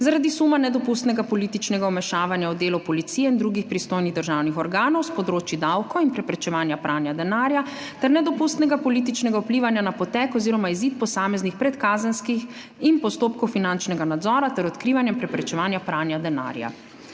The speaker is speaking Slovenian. zaradi suma nedopustnega političnega vmešavanja v delo policije in drugih pristojnih državnih organov s področij davkov in preprečevanja pranja denarja ter nedopustnega političnega vplivanja na potek oziroma izid posameznih predkazenskih in postopkov finančnega nadzora ter odkrivanja in preprečevanja pranja denarja.